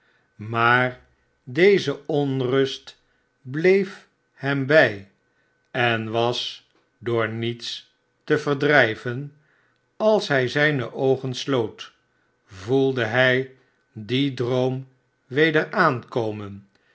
maar deze onrust bleef hem bij en was door niets te verdrijven als hij zijne oogen sloot voelde hij dien droom weder aankomen